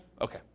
Okay